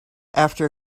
after